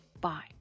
Bye